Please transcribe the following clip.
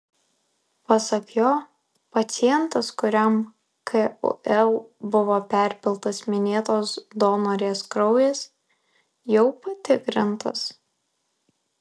pasak jo pacientas kuriam kul buvo perpiltas minėtos donorės kraujas jau patikrintas